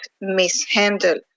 mishandle